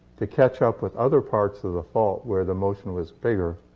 to catch up with other parts of the fault where the motion was bigger.